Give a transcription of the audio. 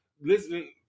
listening